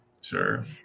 sure